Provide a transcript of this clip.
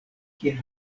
kiel